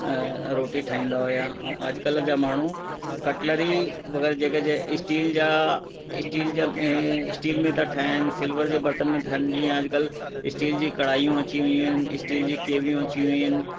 रोटी ठाहींदा हुया ऐं अॼुकल्ह जा माण्हू कटलरी वग़ैरह जेका जे स्टील जा स्टील जा स्टील में था ठाहिनि सिलवर जे बर्तन में ठाहिनि जीअं अॼुकल्ह स्टील जी कढ़ायूं अची वियूं आहिनि स्टील जी केवियूं अची वियूं आहिनि